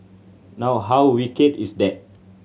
now how wicked is that